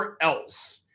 else